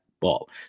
ball